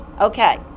Okay